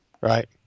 right